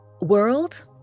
World